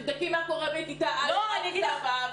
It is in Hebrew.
אבל תבדקי מה קורה בכיתה א' עד כיתה ו'.